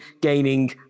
gaining